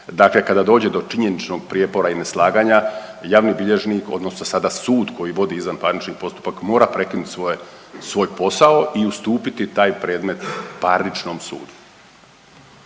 dakle kada dođe do činjeničnog prijepora i neslaganja, javni bilježnik, odnosno sada sud koji vodi izvanparnični postupka mora prekinuti svoj posao i ustupiti taj predmet parničnom sudu.